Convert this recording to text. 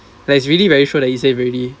like he's really very sure that he save already